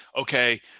okay